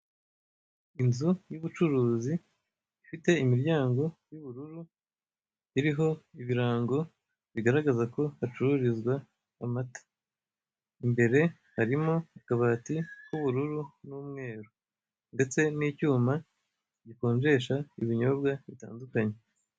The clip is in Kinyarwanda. Inzu y'ubucuruzi ifite imiryango y'ubururu iriho ibirango bigaragaza ko hacururizwa amata, imbere harimo akabati k'ubururu n'umweru ndetse n'icyuma gikonjesha ibinyobwa bitandukanye.